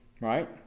Right